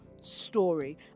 story